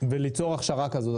וליצור הכשרה כזו,